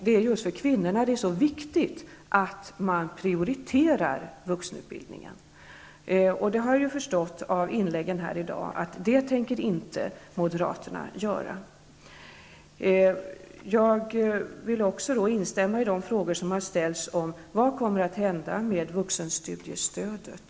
Det är just för kvinnorna det är så viktigt att vuxenutbildningen prioriteras. Av inläggen här i dag har jag förstått att det tänker inte moderaterna göra. Jag vill ställa samma fråga som tidigare har ställts: Vad kommer att hända med vuxenstudiestödet?